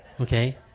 Okay